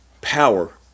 power